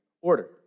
order